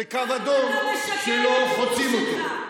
זה קו אדום שלא חוצים אותו.